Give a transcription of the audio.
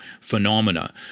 phenomena